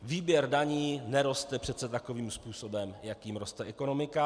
Výběr daní neroste přece takovým způsobem, jakým roste ekonomika.